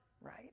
right